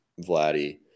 Vladdy